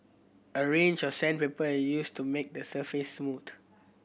a range of sandpaper is used to make the surface smooth